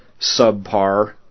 subpar